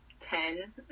ten